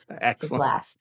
excellent